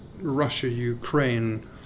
Russia-Ukraine